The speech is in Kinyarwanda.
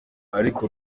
ariko